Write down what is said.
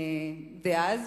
דאז,